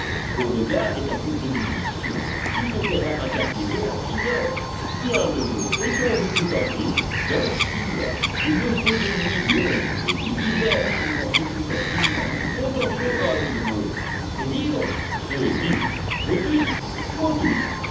beauregard est à court de munitions il me payera ma cargaison à prix d'or bien neveu et quand veux-tu partir dans six mois il me faut des nuits longues des nuits d'hiver pour passer plus facilement on t'en fera neveu c'est dit l'oncle c'est dit motus motus